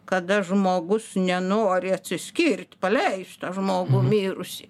kada žmogus nenori atsiskirt paleist tą žmogų mirusį